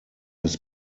his